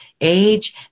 age